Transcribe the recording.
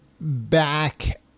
back